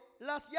las